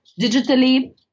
digitally